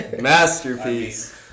masterpiece